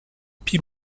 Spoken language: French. pile